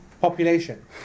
population